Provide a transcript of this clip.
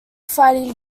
fighting